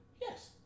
Yes